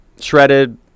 shredded